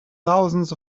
thousands